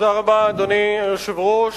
אדוני היושב-ראש,